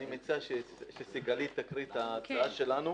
אני מציע שסיגלית תקריא את ההצעה שלנו.